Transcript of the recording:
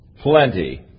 plenty